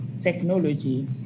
technology